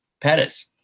Pettis